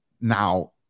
Now